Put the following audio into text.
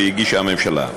שהגישה הממשלה.